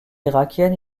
irakienne